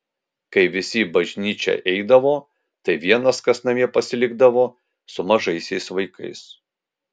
kai visi į bažnyčią eidavo tai vienas kas namie pasilikdavo su mažaisiais vaikais